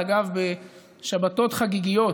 אגב, בשבתות חגיגיות,